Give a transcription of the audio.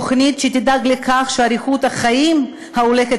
תוכנית שתדאג לכך שאריכות החיים ההולכת